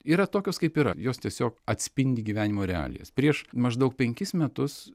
yra tokios kaip yra jos tiesiog atspindi gyvenimo realijas prieš maždaug penkis metus